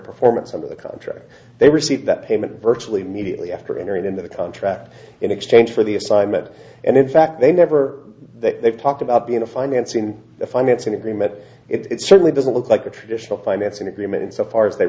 performance under the contract they received that payment virtually mediately after entering into the contract in exchange for the assignment and in fact they never that they've talked about being a financing the financing agreement it certainly doesn't look like a traditional financing agreement so far as they